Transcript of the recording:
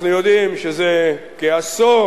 אנחנו יודעים שזה כעשור